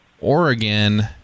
Oregon